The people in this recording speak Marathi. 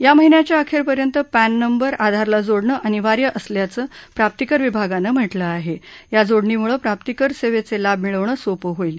या महिन्याच्या अखप्तिर्यंत पॅन नंबर आधारला जोडणं अनिवार्य असल्याचं प्राप्तीकर विभागानं म्हटलं आहा आ जोडणीमूळ प्रापीकर सद्धक्षीतीभ मिळवणं सोपं होईल